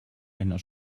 einer